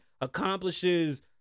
accomplishes